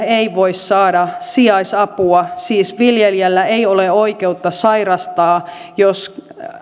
ei voi saada sijaisapua siis viljelijällä ei ole oikeutta sairastaa jos